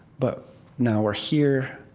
but now we're here,